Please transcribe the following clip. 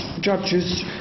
judges